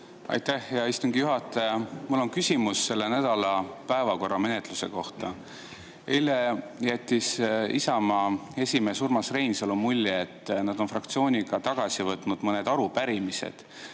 Aitäh, hea istungi juhataja! Mul on küsimus selle nädala päevakorra menetluse kohta. Eile jättis Isamaa esimees Urmas Reinsalu mulje, et nad on fraktsiooniga tagasi võtnud mõned arupärimised.